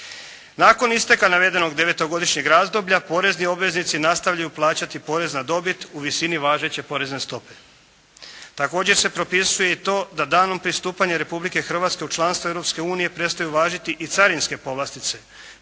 Nakon isteka navedenog devetogodišnjeg razdoblja, porezni obveznici nastavljaju plaćati porez na dobit u visini važeće porezne stope. Također se propisuje i to da danom pristupanja Republike Hrvatske u članstvo Europske unije prestaju važiti i carinske povlastice